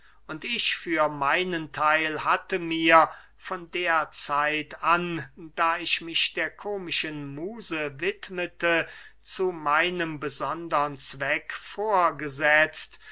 und ich für meinen theil hatte mir von der zeit an da ich mich der komischen muse widmete zu meinem besondern zweck vorgesetzt